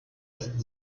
ist